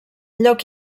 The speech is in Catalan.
lloc